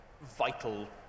vital